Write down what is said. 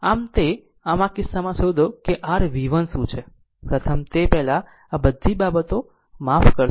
આમ આ કિસ્સામાં શોધો કે r v1 શું છે પ્રથમ તે પહેલાં આ બધી બાબતો માફ કરશો